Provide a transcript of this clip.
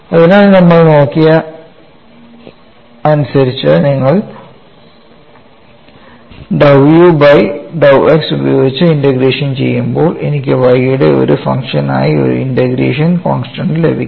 അതിനാൽ നമ്മൾ നോക്കിയത് അതനുസരിച്ച് നിങ്ങൾ dou u by dou x ഉപയോഗിച്ച് ഇന്റഗ്രേഷൻ ചെയ്യുമ്പോൾ എനിക്ക് y യുടെ ഒരു ഫംഗ്ഷനായി ഒരു ഇന്റഗ്രേഷൻ കോൺസ്റ്റൻസ് ലഭിക്കും